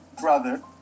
brother